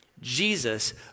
Jesus